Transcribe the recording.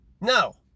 No